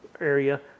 area